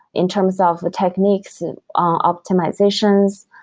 in terms of techniques optimizations,